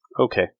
Okay